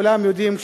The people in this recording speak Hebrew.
כולם יודעים,